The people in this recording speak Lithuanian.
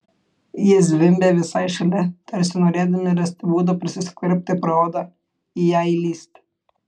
jie zvimbė visai šalia tarsi norėdami rasti būdą prasiskverbti pro odą į ją įlįsti